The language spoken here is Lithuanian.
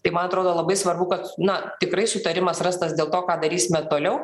tai man atrodo labai svarbu kad na tikrai sutarimas rastas dėl to ką darysime toliau